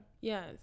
Yes